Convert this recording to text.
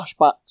flashbacks